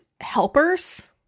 helpers